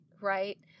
right